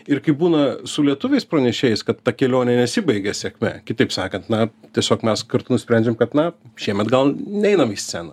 ir kaip būna su lietuviais pranešėjais kad ta kelionė nesibaigia sėkme kitaip sakant na tiesiog mes kartu nusprendžiam kad na šiemet gal neinam į sceną